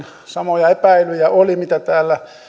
samoja epäilyjä oli mitä täällä